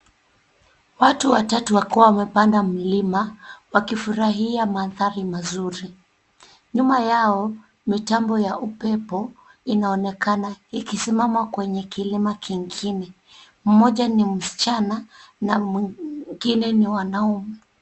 Watu watatu wakiwa wamepanda mlima, wakifurahia mandhari mazuri. Nyuma yao, mitambo ya upepo inaonekana ikisimama kwenye kilima kingine. Mmoja ni msichana na mwingine ni wanaume.